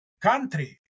country